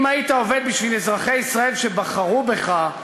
אם היית עובד בשביל אזרחי ישראל שבחרו בך,